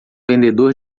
vendedor